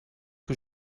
que